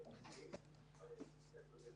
בוקר טוב.